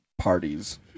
parties